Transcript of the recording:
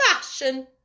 fashion